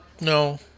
no